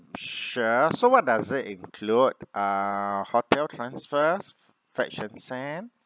sure so what does it include uh hotel transfers fetch and send